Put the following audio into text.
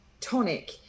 tonic